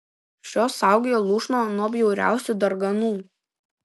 šios saugojo lūšną nuo bjauriausių darganų